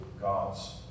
God's